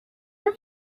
have